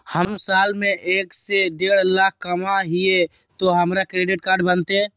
हम साल में एक से देढ लाख कमा हिये तो हमरा क्रेडिट कार्ड बनते?